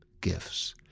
gifts